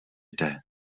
jde